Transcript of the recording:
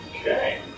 Okay